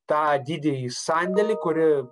tą didįjį sandėlį kur ji